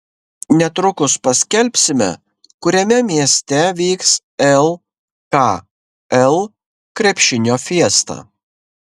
netrukus paskelbsime kuriame mieste vyks lkl krepšinio fiesta